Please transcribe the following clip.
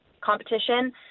competition